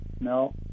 no